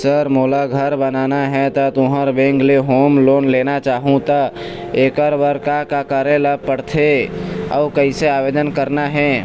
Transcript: Sir मोला घर बनाना हे ता तुंहर बैंक ले होम लोन लेना चाहूँ ता एकर बर का का करे बर पड़थे अउ कइसे आवेदन करना हे?